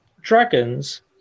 dragons